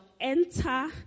enter